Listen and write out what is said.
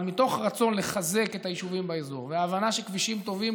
אבל מתוך הרצון לחזק את היישובים באזור וההבנה שכבישים טובים,